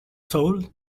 soul